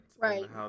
Right